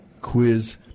quiz